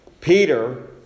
Peter